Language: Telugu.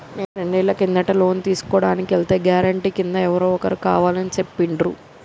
నేను రెండేళ్ల కిందట లోను తీసుకోడానికి ఎల్తే గారెంటీ కింద ఎవరో ఒకరు కావాలని చెప్పిండ్రు